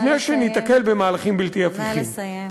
לפני שניתקל במהלכים בלתי הפיכים.